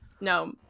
no